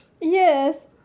Yes